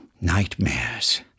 Nightmares